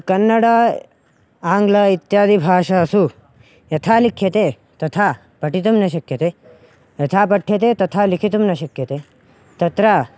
कन्नड आङ्ग्लम् इत्यादिषु भाषासु यथा लिख्यते तथा पठितुं न शक्यते यथा पठ्यते तथा लिखितुं न शक्यते तत्र